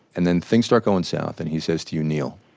and then things start going south and he says to you, neel,